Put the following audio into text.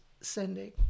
sending